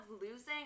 losing